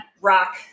rock